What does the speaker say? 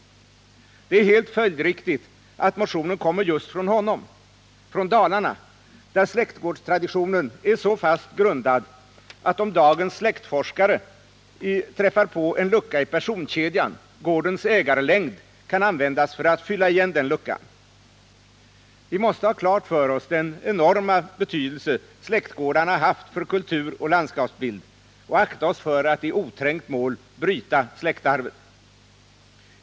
Det är helt följdriktigt att motionen kommer just från honom. Han är från Dalarna, där släktgårdstraditionen är så fast grundad att om dagens släktforskare träffar på en lucka i personkedjan, gårdens ägarlängd kan användas för att fylla igen den luckan. Vi måste ha klart för oss den enorma betydelse släktgårdarna haft för kultur och landskapsbild och akta oss för att i oträngt mål bryta släktarvet.